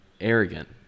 Arrogant